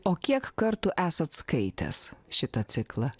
o kiek kartų esat skaitęs šitą ciklą